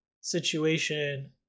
situation